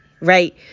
right